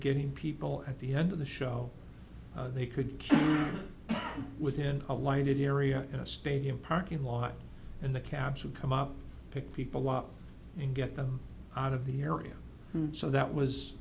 getting people at the end of the show they could within a lighted area in a stadium parking lot in the cabs to come out pick people up and get them out of the area so that was